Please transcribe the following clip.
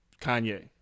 Kanye